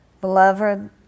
Beloved